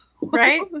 Right